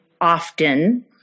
often